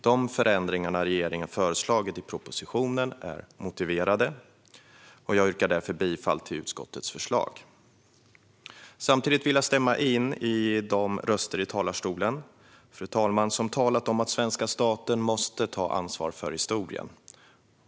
De förändringar regeringen har föreslagit i propositionen är motiverade, och jag yrkar därför bifall till utskottets förslag. Samtidigt vill jag stämma in med dem som i talarstolen har talat om att svenska staten måste ta ansvar för historien.